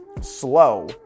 slow